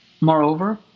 Moreover